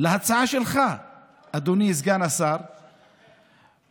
החוקה של מדינת ישראל צריכה להיות עם חזון,